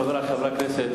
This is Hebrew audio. חברי חברי הכנסת,